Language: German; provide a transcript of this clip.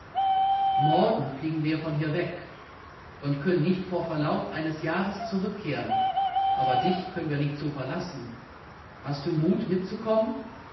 morgen fliegen wir von hier weg und können nicht vor verlauf eines jahres zurückkehren aber dich können wir nicht so verlassen hast du mut mitzukommen